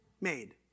made